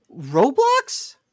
Roblox